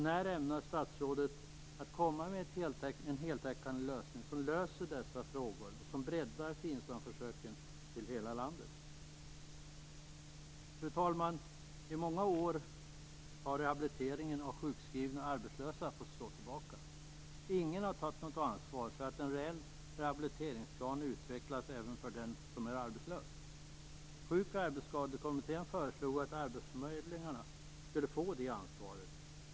När ämnar statsrådet komma med en heltäckande lösning på dessa problem och som breddar FINSAM-försöken till hela landet? Fru talman! I många år har rehabiliteringen av sjukskrivna och arbetslösa fått stå tillbaka. Ingen har tagit något ansvar för att en reell rehabiliteringsplan utvecklas även för den som är arbetslös. Sjuk och arbetsskadekommittén föreslog att arbetsförmedlingarna skulle få det ansvaret.